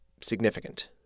significant